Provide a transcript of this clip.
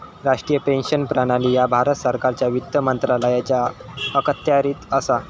राष्ट्रीय पेन्शन प्रणाली ह्या भारत सरकारच्या वित्त मंत्रालयाच्या अखत्यारीत असा